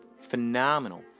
Phenomenal